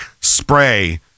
spray